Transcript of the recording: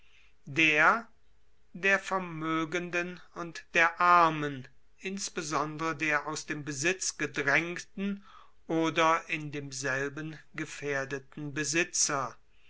der der vermoegenden und der armen insbesondere der aus dem besitz gedraengten oder in demselben gefaehrdeten besitzer